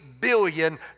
billion